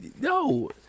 No